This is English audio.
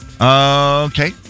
Okay